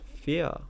fear